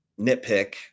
nitpick